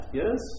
yes